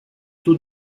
taux